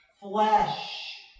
flesh